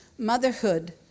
Motherhood